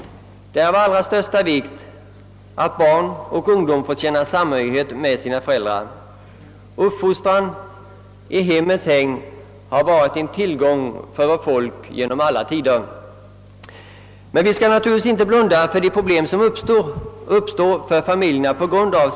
Det är av allra största vikt att barn och ungdom får känna samhörighet med sina föräldrar. Uppfostran i hemmets hägn har varit en tillgång för vårt folk genom alla tider. Men vi skall naturligtvis inte blunda för de problem samhällsutvecklingen vållar familjerna.